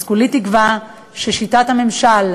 אז כולי תקווה ששיטת הממשל תשתנה,